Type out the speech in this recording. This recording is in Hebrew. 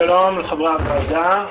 לחברי הוועדה,